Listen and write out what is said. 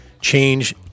change